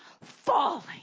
falling